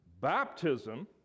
baptism